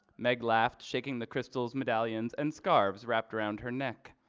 meg laughed, shaking the crystals medallions and scarves wrapped around her neck.